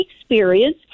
experience